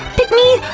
pick me,